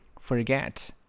Forget